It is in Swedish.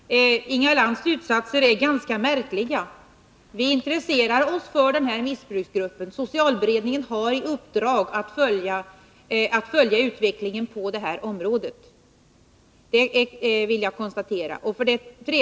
Herr talman! Inga Lantz slutsatser är ganska märkliga. Vi intresserar oss för denna missbruksgrupp. Socialberedningen har i uppdrag att följa utvecklingen på det här området. Detta vill jag slå fast.